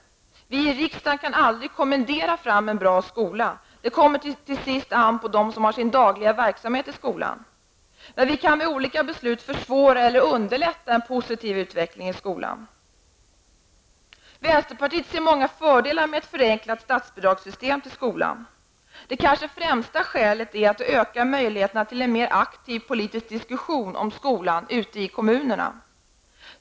Vi i riksdagen kan aldrig kommendera fram en bra skola. Det kommer i slutändan an på dem som har sin dagliga verksamhet i skolan. Men vi kan med olika beslut försvåra eller underlätta en positiv utveckling. Vi i vänsterpartiet ser många fördelar med ett förenklat statsbidrag när det gäller skolan. Det kanske främsta skälet är att det ökar möjligheterna till en mer aktiv politisk diskussion om skolan ute i kommunerna.